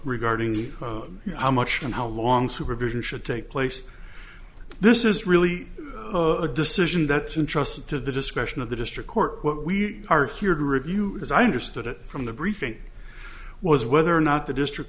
regarding how much and how long supervision should take place this is really a decision that's in trust to the discretion of the district court what we are here to review as i understood it from the briefing was whether or not the district